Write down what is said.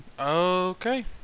Okay